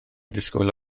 disgwyl